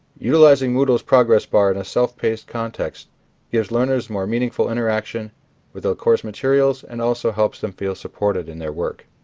utilizing moodle's progress bar in a self-paced context gives learners a more meaningful interaction with the course materials and also helps them feel supported in their work.